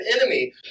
enemy